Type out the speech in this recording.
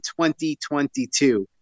2022